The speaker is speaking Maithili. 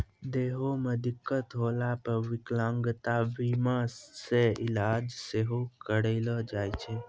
देहो मे दिक्कत होला पे विकलांगता बीमा से इलाज सेहो करैलो जाय छै